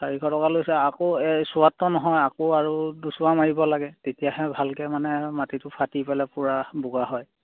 চাৰিশ টকা লৈছে আকৌ এচোৱাতটো নহয় আকৌ আৰু দুচোৱা মাৰিব লাগে তেতিয়াহে ভালকে মানে মাটিটো ফাটি পেলাই পূৰা বোকা হয়